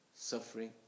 suffering